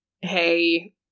hey